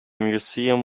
museum